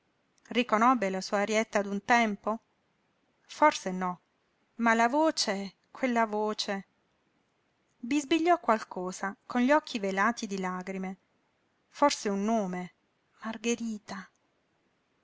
riconobbe la sua arietta d'un tempo forse no ma la voce quella voce bisbigliò qualcosa con gli occhi velati di lagrime forse un nome margherita